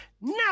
now